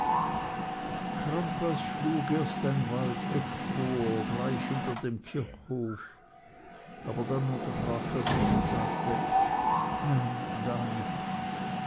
crampas schlug erst ein waldeck vor gleich hinter dem kirchhof aber dann unterbrach er sich und sagte nein da nicht